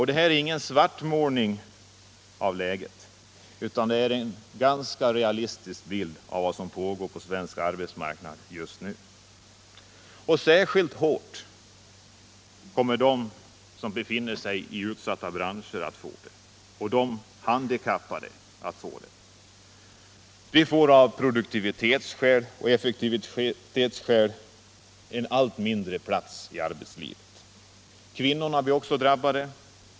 Det här är ingen svartmålning av läget, utan en ganska realistisk bild av vad som pågår på svensk arbetsmarknad just nu. Särskilt hårt kommer de som befinner sig i utsatta branscher och de handikappade att få det. De får av produktivitetsskäl och effektivitetsskäl allt mindre plats i arbetslivet. Kvinnorna blir också drabbade.